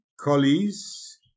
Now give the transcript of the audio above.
collies